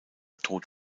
tod